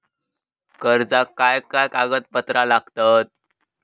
कर्जाक काय काय कागदपत्रा लागतत?